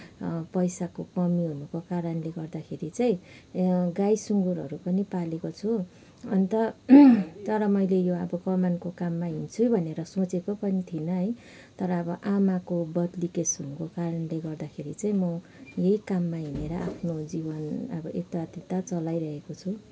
पैसाको कमी हुनुको कारणले गर्दाखेरि चाहिँ गाई सुँगुरहरू पनि पालेको छु अन्त तर मैले यो अब कमानको काममा हिँड्छु भनेर सोचेको पनि थिइनँ है तर अब आमाको बदलि केस हुनुको कारणले चाहिँ म यहीँ काममा हिँडे्र आफ्नो जीवन अब यता त्यता चलाइरहेको छु